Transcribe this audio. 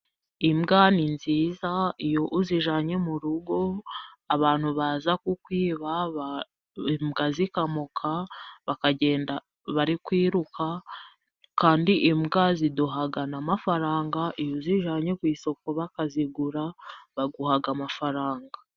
Imbwa ni nziza, iyo uzijyanye mu rugo abantu baza ku kwiba, imbwa zikamoka bakagenda bari kwiruka, kandi imbwa ziduha n'amafaranga, iyo uzijyanye ku isoko bakazigura bakaguha amafaranga.